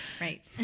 Right